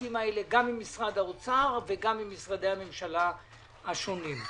הפרטים האלה גם ממשרד האוצר וגם ממשרדי הממשלה השונים.